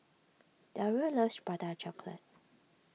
Dario loves Prata Chocolate